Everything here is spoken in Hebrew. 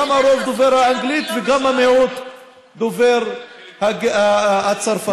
גם הרוב דובר האנגלית וגם המיעוט דובר הצרפתית.